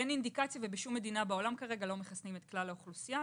אין אינדיקציה וכרגע בשום מדינה בעולם לא מחסנים את כלל האוכלוסייה.